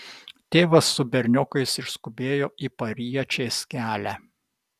tėvas su berniokais išskubėjo į pariečės kelią